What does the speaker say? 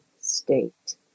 state